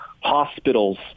hospitals